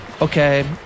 Okay